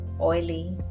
oily